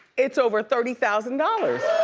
it's over thirty thousand dollars.